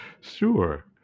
sure